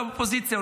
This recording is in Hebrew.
לאופוזיציה,